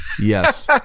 yes